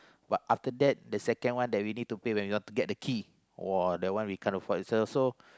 but after that the second one that we need to pay when you want to get the key !wah! that one we can't afford so